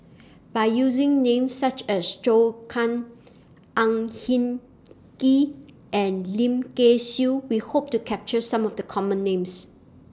By using Names such as Zhou Can Ang Hin Kee and Lim Kay Siu We Hope to capture Some of The Common Names